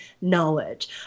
knowledge